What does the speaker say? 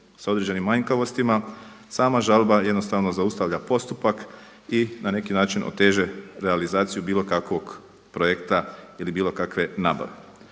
sa određenim manjkavostima sama žalba jednostavno zaustavlja postupak i na neki način oteže realizaciju bilo kakvog projekta ili bilo kakve nabave.